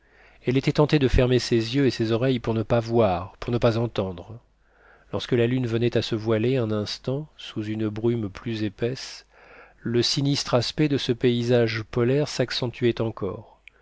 elle était tentée de fermer ses yeux et ses oreilles pour ne pas voir pour ne pas entendre lorsque la lune venait à se voiler un instant sous une brume plus épaisse le sinistre aspect de ce paysage polaire s'accentuait encore